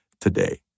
today